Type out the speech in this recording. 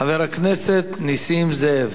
חבר הכנסת נסים זאב.